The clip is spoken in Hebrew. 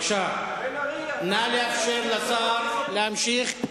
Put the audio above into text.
נא לאפשר לשר להמשיך.